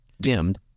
dimmed